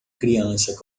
criança